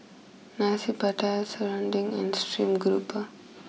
Nasi Pattaya Serunding and stream grouper